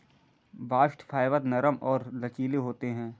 bast fibre नरम और लचीले होते हैं